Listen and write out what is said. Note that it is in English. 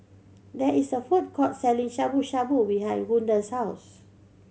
there is a food court selling Shabu Shabu behind Gunda's house